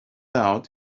out